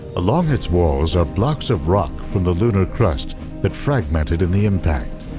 along its walls are blocks of rock from the lunar crust that fragmented in the impact.